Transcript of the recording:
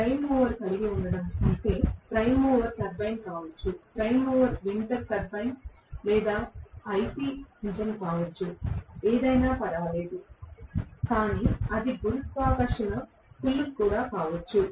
prime mover కలిగి ఉండటం అంటే ప్రైమ్ మూవర్ టర్బైన్ కావచ్చు ప్రైమ్ మూవర్ వింటర్ బైన్ లేదా ఐసి ఇంజిన్ కావచ్చు లేదా ఏమైనా పర్వాలేదు కానీ అది గురుత్వాకర్షణ పుల్ కూడా కావచ్చు